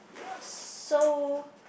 so